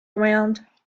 around